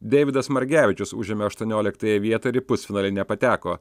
deividas margevičius užėmė aštuonioliktąją vietą ir į pusfinalį nepateko